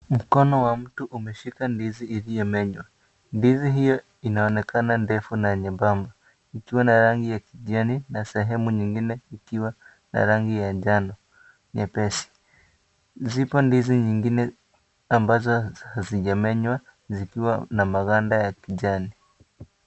Mkono wa mtu umeshika ndizi iliyo menywa. Ndizi hiyo inaonekana ndefu na nyembamba ikiwa na rangi ya kijani na sehemu nyingine ikiwa na rangi ya njano nyepesi. Zipo ndizi nyiingine ambazo hazijamenywa zikiwa na maganda ya kijani.